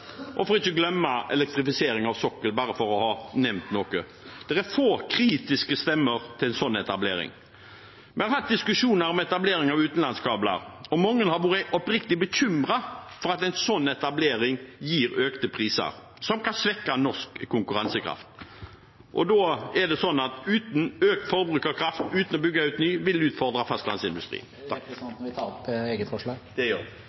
ikke å glemme elektrifisering av sokkelen – bare for å ha nevnt noe? Det er få kritiske stemmer til en slik etablering. Vi har hatt diskusjoner om etablering av utenlandskabler, og mange har vært oppriktig bekymret for at en slik etablering gir økte priser, noe som kan svekke norsk konkurransekraft. Da er det slik at økt forbruk av kraft uten ny utbygging vil utfordre fastlandsindustrien. Jeg tar opp Fremskrittspartiets forslag.